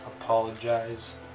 apologize